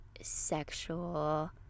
sexual